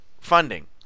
funding